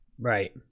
Right